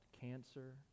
cancer